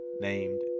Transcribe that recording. named